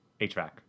HVAC